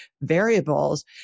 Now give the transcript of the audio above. variables